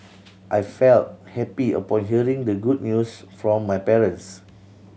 I felt happy upon hearing the good news from my parents